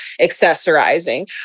accessorizing